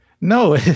no